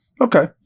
Okay